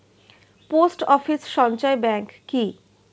Post office সঞ্চয় bank কি?